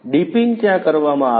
dipping ત્યાં કરવામાં આવે છે